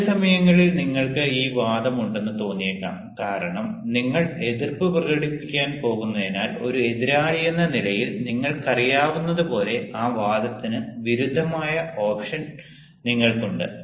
ചില സമയങ്ങളിൽ നിങ്ങൾക്ക് ഈ വാദം ഉണ്ടെന്ന് തോന്നിയേക്കാം കാരണം നിങ്ങൾ എതിർപ്പ് പ്രകടിപ്പിക്കാൻ പോകുന്നതിനാൽ ഒരു എതിരാളിയെന്ന നിലയിൽ നിങ്ങൾക്കറിയാവുന്നതുപോലെ ആ വാദത്തിന് വിരുദ്ധമായ ഓപ്ഷൻ നിങ്ങൾക്കുണ്ട്